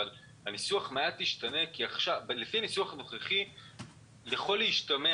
אבל הניסוח ישתנה מעט לפי הניסוח הנוכחי יכול להשתמע